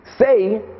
say